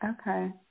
Okay